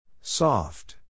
Soft